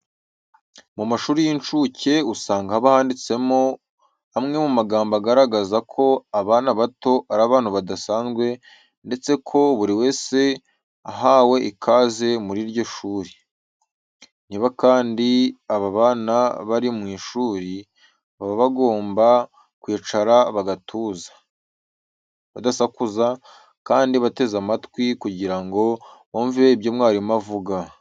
Mu mashuri y'incuke usanga haba handitsemo amwe mu magambo agaragaza ko abana bato ari abantu badasanzwe ndetse ko buri wese ahawe ikaze muri iryo shuri. Niba kandi aba bana bari mu ishuri, baba bagomba kwicara bagatuza, badasakuza kandi bateze amatwi kugira ngo bumve ibyo mwarimu avuga.